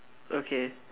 okay